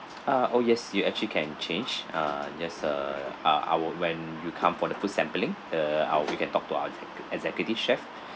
ah oh yes you actually can change uh just uh uh our when you come for the food sampling err uh we can talk to our e~ executive chef